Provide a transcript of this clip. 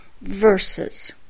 verses